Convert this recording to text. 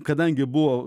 kadangi buvo